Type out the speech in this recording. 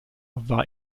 war